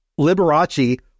Liberace